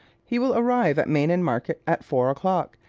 he will arrive at main and market at four o'clock.